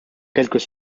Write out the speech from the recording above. quelques